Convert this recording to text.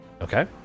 Okay